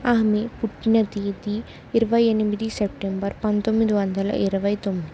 ఆమె పుట్టిన తేది ఇరవై ఎనిమిది సెప్టెంబర్ పంతొమ్మిది వందల ఇరవై తొమ్మిది